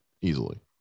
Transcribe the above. easily